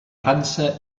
frança